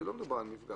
לא מדובר על מפגע,